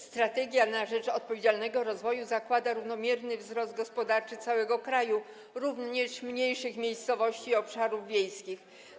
Strategia na rzecz odpowiedzialnego rozwoju” zakłada równomierny wzrost gospodarczy całego kraju, również mniejszych miejscowości i obszarów wiejskich.